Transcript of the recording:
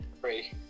three